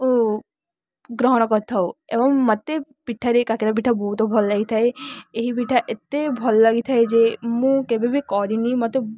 ଓ ଗ୍ରହଣ କରିଥାଉ ଏବଂ ମୋତେ ପିଠାରେ କାକରା ପିଠା ବହୁତ ଭଲ ଲାଗିଥାଏ ଏହି ପିଠା ଏତେ ଭଲ ଲାଗିଥାଏ ଯେ ମୁଁ କେବେ ବି କରିନି ମୋତେ